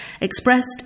expressed